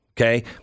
Okay